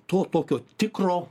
to tokio tikro